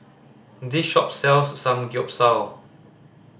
this shop sells Samgyeopsal